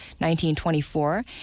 1924